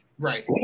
Right